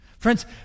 Friends